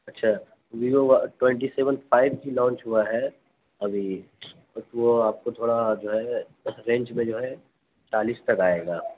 اچھا Vivo Y twenty seven five G launch ہوا ہے ابھی بس وہ آپ کو تھوڑا جو ہے رینج میں جو ہے چالیس تک آئے گا